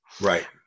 right